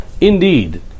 Indeed